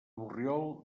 borriol